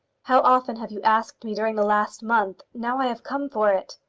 how often have you asked me during the last month! now i have come for it.